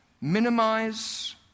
minimize